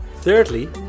Thirdly